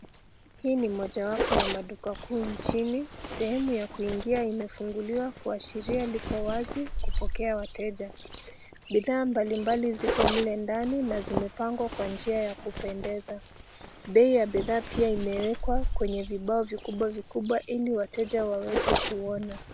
Hii ni mojawapo ya maduka kuu nchini. Sehemu ya kuingia imefunguliwa, kuashiria liko wazi kupokea wateja. Bidhaa mbalimbali ziko mle ndani, na zimepangwa kwa njia ya kupendeza. Bei ya bidhaa pia imewekwa kwenye vibao vikubwa vikubwa, ili wateja waweze kuona.